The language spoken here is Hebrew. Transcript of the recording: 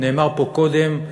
נאמר פה קודם,